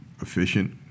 efficient